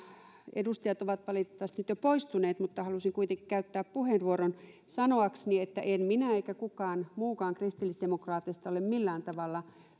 edustajat ovat valitettavasti nyt jo poistuneet mutta halusin kuitenkin käyttää puheenvuoron sanoakseni että en minä eikä kukaan muukaan kristillisdemokraateista ole millään tavalla